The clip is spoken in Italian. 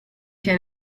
sia